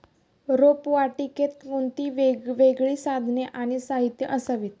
रोपवाटिकेत कोणती वेगवेगळी साधने आणि साहित्य असावीत?